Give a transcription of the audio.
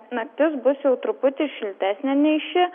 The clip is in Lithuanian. naktis bus jau truputį šiltesnė nei ši